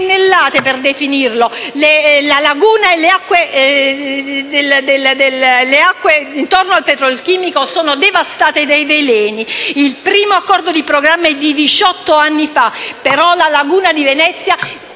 per definirlo. La laguna e le acque intorno al petrolchimico sono devastate dai veleni. Il primo accordo di programma è di diciotto anni fa, però la laguna di Venezia